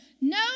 No